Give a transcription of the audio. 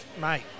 mate